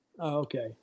Okay